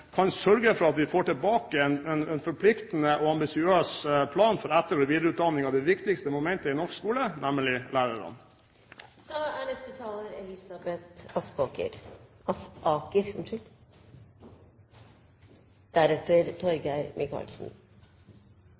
kan sørge for at vi får tilbake en forpliktende og ambisiøs plan for etter- og videreutdanning av det viktigste momentet i norsk skole, nemlig